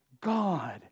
God